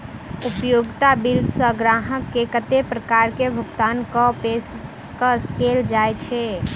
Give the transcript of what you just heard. उपयोगिता बिल सऽ ग्राहक केँ कत्ते प्रकार केँ भुगतान कऽ पेशकश कैल जाय छै?